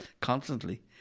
constantly